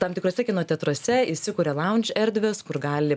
tam tikruose kino teatruose įsikuria launč erdvės kur gali